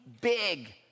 big